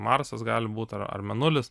marsas gali būt ar ar mėnulis